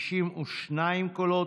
62 קולות.